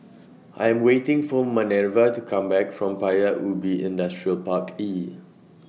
I Am waiting For Manerva to Come Back from Paya Ubi Industrial Park E